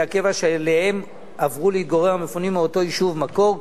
הקבע שאליהם עברו להתגורר המפונים מאותו יישוב מקור,